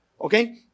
Okay